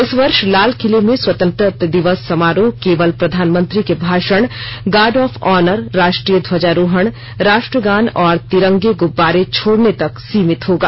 इस वर्ष लाल किले में स्वतंत्रता दिवस समारोह केवल प्रधानमंत्री के भाषण गार्ड ऑफ ऑनर राष्ट्रीय ध्वजारोहण राष्ट्रगान और तिरंगे गुब्बारे छोड़ने तक सीमित होगा